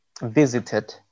visited